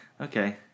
okay